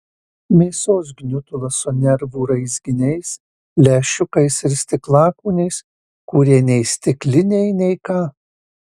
mėsos gniutulas su nervų raizginiais lęšiukais ir stiklakūniais kurie nei stikliniai nei ką